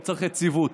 הוא צריך יציבות.